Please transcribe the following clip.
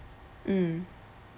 mm